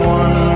one